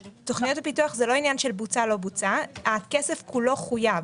תוכניות הפיתוח זה לא עניין של בוצע או לא בוצע הכסף כולו חויב,